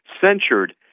censured